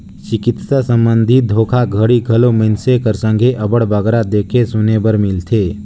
चिकित्सा संबंधी धोखाघड़ी घलो मइनसे कर संघे अब्बड़ बगरा देखे सुने बर मिलथे